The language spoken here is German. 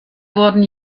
wurden